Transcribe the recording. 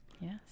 Yes